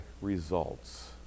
results